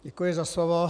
Děkuji za slovo.